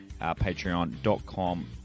patreon.com